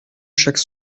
chaque